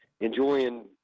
enjoying